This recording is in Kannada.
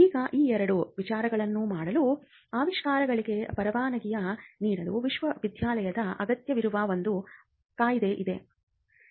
ಈಗ ಈ ಎರಡು ವಿಚಾರಗಳನ್ನು ಮಾಡಲು ಆವಿಷ್ಕಾರಗಳಿಗೆ ಪರವಾನಗಿ ನೀಡಲು ವಿಶ್ವವಿದ್ಯಾನಿಲಯದ ಅಗತ್ಯವಿರುವ ಒಂದು ಕಾಯಿದೆ ಇದೆ